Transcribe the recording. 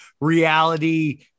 reality